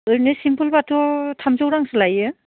ओरैनो सिम्पोलबाथ' थामजौ रांसो लायो